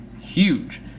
huge